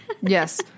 Yes